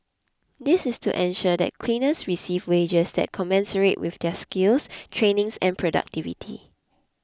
this is to ensure that cleaners receive wages that commensurate with their skills training and productivity